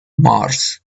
mars